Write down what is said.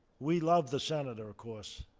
we love the senator, of course,